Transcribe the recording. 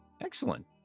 Excellent